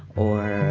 or